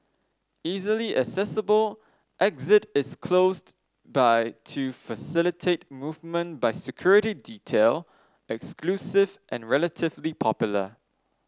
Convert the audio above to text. easily accessible exit is closed by to facilitate movement by security detail exclusive and relatively popular